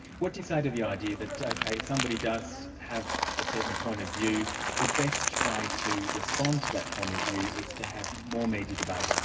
what do you say to the idea that, okay, if somebody does have a certain point of view the best way to respond to that point of view is to have more media debate,